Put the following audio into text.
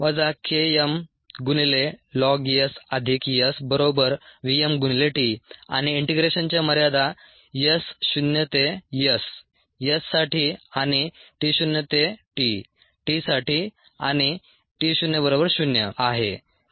Km lnSSvmt आणि इंटीग्रेटींगेशनच्या मर्यादा S0 ते S S साठी आणि t0 ते t t साठी आणि t0 0 आहे